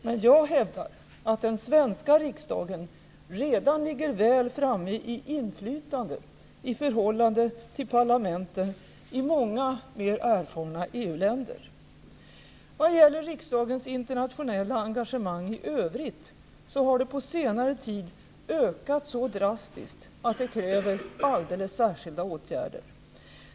Men jag hävdar att den svenska riksdagen redan ligger väl framme i inflytande i förhållande till parlamenten i många mer erfarna EU-länder. Vad gäller riksdagens internationella engagemang i övrigt har det på senare tid ökat så drastiskt att det kräver alldeles särskilda åtgärder.